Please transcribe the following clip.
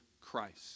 Christ